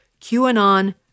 QAnon